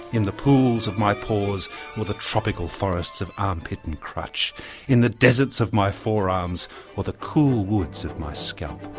in the pools of my pores or the tropical forests of arm-pit and crotch in the deserts of my forearms or the cool woods of my scalp.